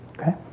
okay